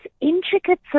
intricate